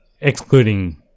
excluding